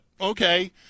okay